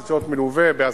זה צריך להיות מלווה בהסברה,